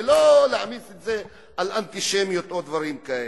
ולא להעמיס את זה על אנטישמיות או דברים כאלה.